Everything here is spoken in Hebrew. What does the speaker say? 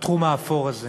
בתחום האפור הזה?